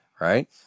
right